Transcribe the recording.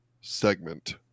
segment